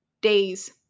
days